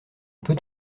peut